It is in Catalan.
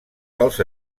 dels